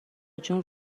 جون